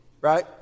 Right